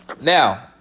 Now